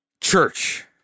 Church